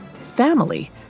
family